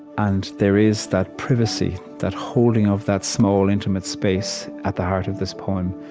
and there is that privacy, that holding of that small, intimate space at the heart of this poem,